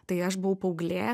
tai aš buvau paauglė